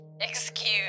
Excuse